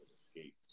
escape